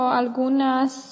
algunas